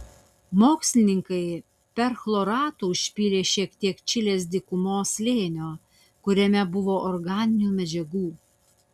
mokslininkai perchloratu užpylė šiek tiek čilės dykumos slėnio kuriame buvo organinių medžiagų